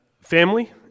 family